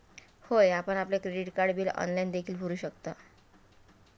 होय, आपण आपले क्रेडिट कार्ड बिल ऑनलाइन देखील भरू शकता